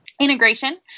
integration